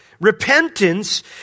Repentance